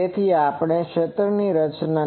તેથી તે ક્ષેત્ર રચના હતી